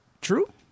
True